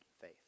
faith